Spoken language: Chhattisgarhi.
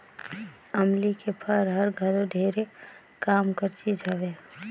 अमली के फर हर घलो ढेरे काम कर चीज हवे